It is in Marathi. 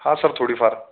हां सर थोडीफार